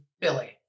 Billy